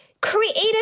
created